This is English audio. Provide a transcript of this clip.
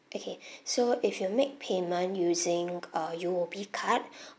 okay so if you make payment using uh U_O_B card